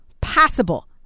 possible